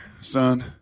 son